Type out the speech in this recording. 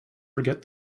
forget